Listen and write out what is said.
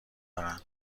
دارن